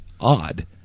odd